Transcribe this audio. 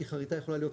כי חריטה יכולה חרטא,